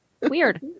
weird